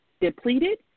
depleted